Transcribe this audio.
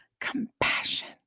compassion